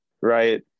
right